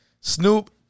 Snoop